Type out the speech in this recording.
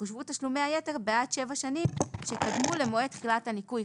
יחושבו תשלומי היתר בעד שבע השנים שקדמו למועד תחילת הניכוי.